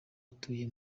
utuye